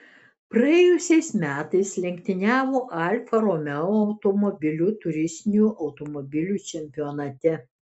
praėjusiais metais lenktyniavo alfa romeo automobiliu turistinių automobilių čempionate